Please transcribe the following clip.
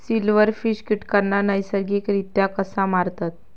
Silverfish कीटकांना नैसर्गिकरित्या कसा मारतत?